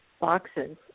boxes